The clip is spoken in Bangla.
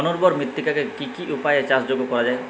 অনুর্বর মৃত্তিকাকে কি কি উপায়ে চাষযোগ্য করা যায়?